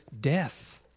death